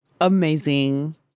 Amazing